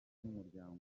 n’umuryango